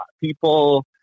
People